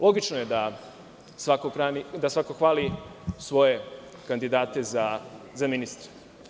Logično je da svako hvali svoje kandidate za ministre.